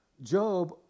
Job